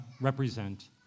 represent